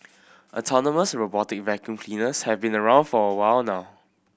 autonomous robotic vacuum cleaners have been around for a while now